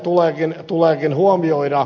tämä tuleekin huomioida